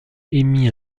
émit